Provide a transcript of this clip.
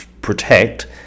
protect